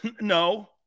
No